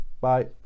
Bye